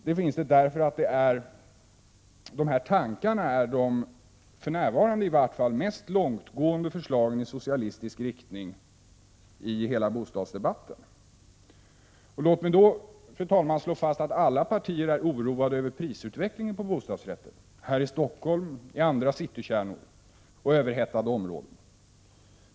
Dessa tankar är de för närvarande mest långtgående förslagen i socialistisk riktning i hela bostadsdebatten. Låt mig, fru talman, slå fast att alla partier är oroade över prisutvecklingen på bostadsrätter här i Stockholm och i andra citykärnor och överhettade områden.